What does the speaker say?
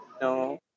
No